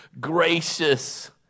gracious